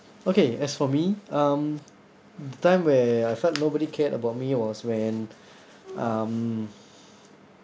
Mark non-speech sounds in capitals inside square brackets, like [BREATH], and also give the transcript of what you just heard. okay as for me um the time where I felt nobody cared about me was when [BREATH] um